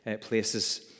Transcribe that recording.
places